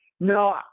No